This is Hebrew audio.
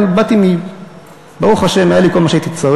אבל ברוך השם היה לי כל מה שהייתי צריך.